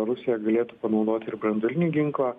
rusija galėtų panaudoti ir branduolinį ginklą